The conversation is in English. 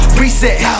reset